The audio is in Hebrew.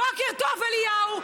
בוקר טוב אליהו.